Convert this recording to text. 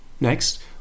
Next